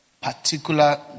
Particular